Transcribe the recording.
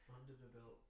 Underdeveloped